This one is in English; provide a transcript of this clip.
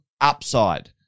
upside